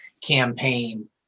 campaign